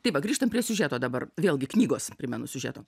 tai va grįžtam prie siužeto dabar vėlgi knygos primenu siužeto